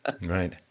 Right